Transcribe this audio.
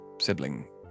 sibling